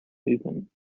movement